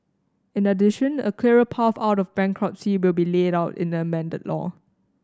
in addition a clearer path out of bankruptcy will be laid out in the amended law